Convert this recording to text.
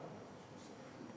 נגד,